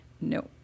no